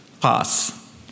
Pass